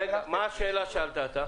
מה השאלה ששאלת אתה?